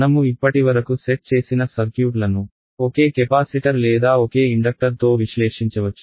మనము ఇప్పటివరకు సెట్ చేసిన సర్క్యూట్ లను ఒకే కెపాసిటర్ లేదా ఒకే ఇండక్టర్తో విశ్లేషించవచ్చు